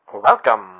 Welcome